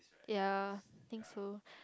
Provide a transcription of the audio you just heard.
ya think so